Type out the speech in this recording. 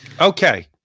Okay